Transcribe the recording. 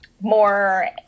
more